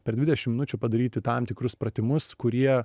per dvidešim minučių padaryti tam tikrus pratimus kurie